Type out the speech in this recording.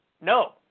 No